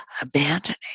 abandoning